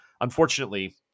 unfortunately